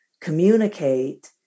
communicate